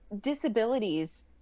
Disabilities